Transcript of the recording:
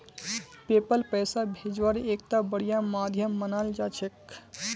PayPal पैसा भेजवार एकता बढ़िया माध्यम मानाल जा छेक